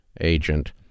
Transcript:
agent